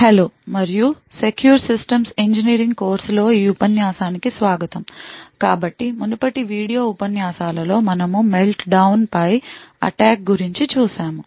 hello మరియు secure systems engineering కోర్సులో ఈ ఉపన్యాసానికి స్వాగతం కాబట్టి మునుపటి వీడియో ఉపన్యాసాలలో మనము మెల్ట్డౌన్ పై అటాక్ గురించి చూశాము